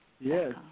Yes